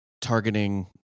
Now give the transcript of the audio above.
targeting